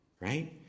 right